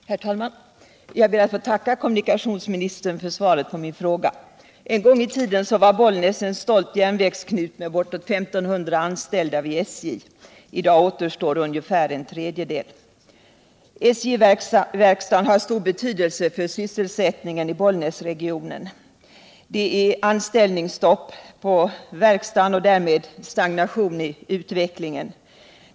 Herr talman! Jag ber att få tacka kommunikationsministern för svaret på min fråga. En gång i tiden var Bollnäs en stolt järnvägsknut med bortåt I 500 anställda 15 vid SJ. I dag återstår ungefär en tredjedel. SJ-verkstaden har stor betydelse för sysselsättningen i Bollnäsregionen — men det är anställningsstopp på verkstaden och därmed stagnation i utvecklingen.